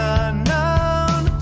unknown